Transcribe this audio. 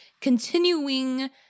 continuing